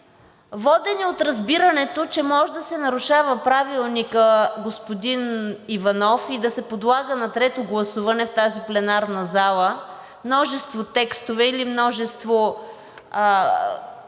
водени от разбирането, че може да се нарушава Правилникът, господин Иванов, и да се подлагат на трето гласуване в тази пленарна зала множество текстове или множество